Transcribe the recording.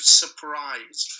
surprise